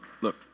look